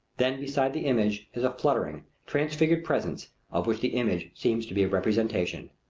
then beside the image is a fluttering transfigured presence of which the image seems to be a representation.